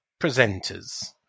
presenters